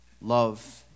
Love